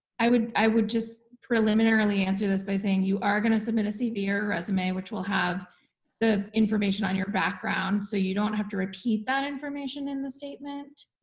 i would i would just preliminarily answer this by saying you are gonna submit a cv or resume which will have the information on your background so you don't have to repeat that information in the statement,